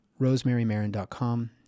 rosemarymarin.com